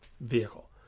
vehicle